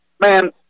man